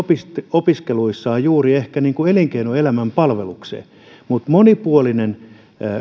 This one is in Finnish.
opiskeluissaan juuri ehkä elinkeinoelämän palvelukseen mutta monipuolinen